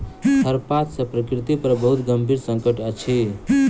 खरपात सॅ प्रकृति पर बहुत गंभीर संकट अछि